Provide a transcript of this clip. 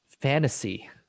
fantasy